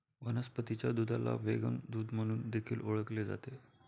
वनस्पतीच्या दुधाला व्हेगन दूध म्हणून देखील ओळखले जाते